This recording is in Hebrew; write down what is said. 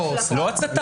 --- לא הצתה.